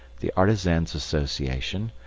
the artisan's association,